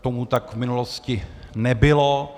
Tomu tak v minulosti nebylo.